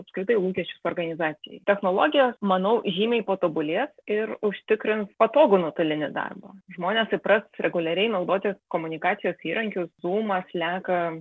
apskritai lūkesčių organizacijai technologijos manau žymiai patobulės ir užtikrins patogų nuotolinį darbą žmonės įpras reguliariai naudoti komunikacijos įrankius zūmą sleką